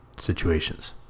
situations